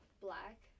black